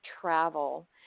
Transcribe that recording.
travel